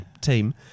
team